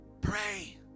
Pray